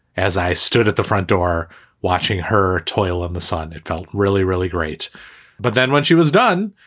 as i stood at the front door watching her toil in the sun. it felt really, really great but then when she was done,